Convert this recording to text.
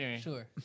Sure